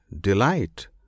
delight